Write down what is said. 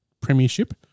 premiership